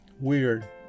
Weird